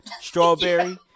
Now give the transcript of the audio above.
strawberry